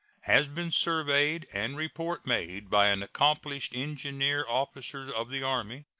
has been surveyed, and report made by an accomplished engineer officer of the army.